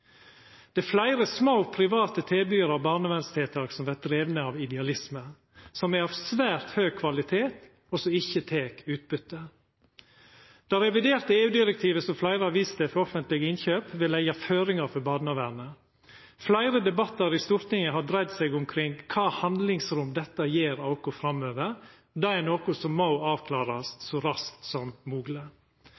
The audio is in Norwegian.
Det er fleire små private tilbydarar av barnevernstiltak som vert drivne ut frå idealisme, som er av svært høg kvalitet, og som ikkje tek utbyte. Det reviderte EU-direktivet for offentlege innkjøp som fleire har vist til, vil leggja føringar for barnevernet. Fleire debattar i Stortinget har dreidd seg om kva handlingsrom dette gjev oss framover. Dette er noko som må avklarast